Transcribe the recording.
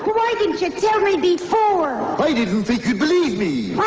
why didn't you tell me before? i didn't think you'd believe me!